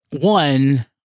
one